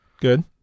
Good